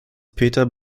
peter